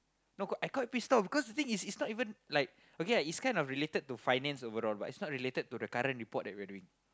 no I got pissed off because the thing is is not even like okay lah it's kind of related to finance overall but it's not related to the current report that we are doing